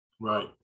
Right